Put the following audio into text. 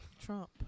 trump